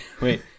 wait